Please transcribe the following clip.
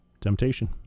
Temptation